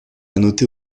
noter